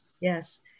Yes